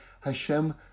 Hashem